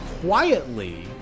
quietly